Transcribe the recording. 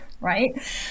right